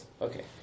Okay